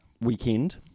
weekend